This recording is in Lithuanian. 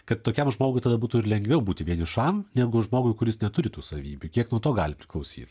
kad tokiam žmogui tada būtų ir lengviau būti vienišam negu žmogui kuris neturi tų savybių kiek nuo to gali priklausyt